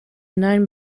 known